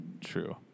True